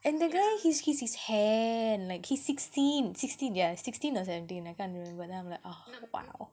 and the guy he's his his hand like he's sixteen sixteen yeah sixteen or seventeen I can't remember and I'm like oh !wow!